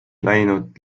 läinud